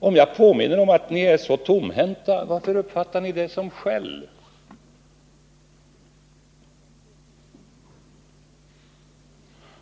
Om jag påminner om att ni är så tomhänta, varför uppfattar ni det då som skäll?